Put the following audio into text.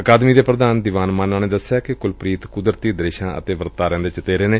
ਅਕਾਦਮੀ ਦੇ ਪ੍ਰਧਾਨ ਦੀਵਾਨ ਮਾਨਾ ਨੇ ਦਸਿਆ ਕਿ ਕੁਲਪ੍ਰੀਤ ਕੁਦਰਤੀ ਦ੍ਸਿਸਾਂ ਅਤੇ ਵਰਤਾਰਿਆਂ ਦੇ ਚਿਤੇਰੇ ਨੇ